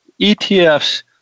ETFs